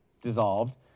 dissolved